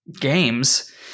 games